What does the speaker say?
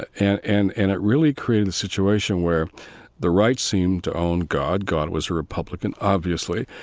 and and and it really created a situation where the right seemed to own god. god was a republican, obviously.